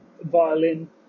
violin